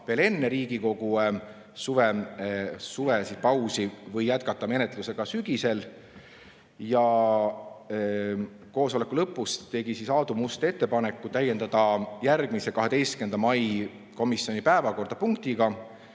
tuua enne Riigikogu suvepausi või jätkata menetlust sügisel. Koosoleku lõpus tegi Aadu Must ettepaneku täiendada järgmise, 12. mai komisjoni [istungi] päevakorda punktiga,